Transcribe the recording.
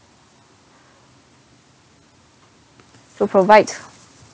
to provide